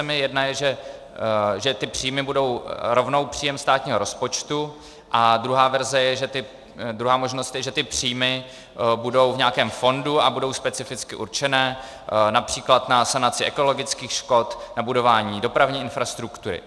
Jedna je, že ty příjmy budou rovnou příjem státního rozpočtu, druhá verze je, druhá možnost je, že ty příjmy budou v nějakém fondu a budou specificky určené např. na sanaci ekologických škod, na budování dopravní infrastruktury.